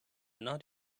not